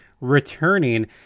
returning